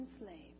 enslaved